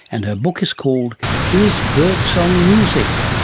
and her book is called is birdsong music?